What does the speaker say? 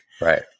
Right